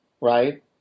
Right